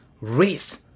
race